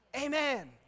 Amen